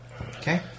Okay